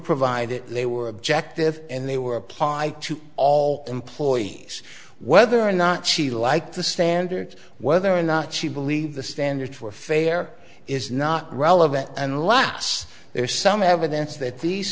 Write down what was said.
provided they were objective and they were applied to all employees whether or not she liked the standard whether or not she believed the standard for fair is not relevant and last there is some evidence that these